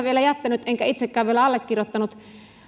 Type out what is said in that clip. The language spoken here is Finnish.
vielä jättänyt enkä itsekään vielä allekirjoittanut